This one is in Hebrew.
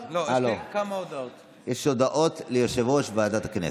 אין מתנגדים, יש נוכח אחד.